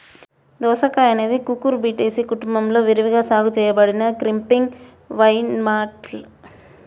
దోసకాయఅనేది కుకుర్బిటేసి కుటుంబంలో విరివిగా సాగు చేయబడిన క్రీపింగ్ వైన్ప్లాంట్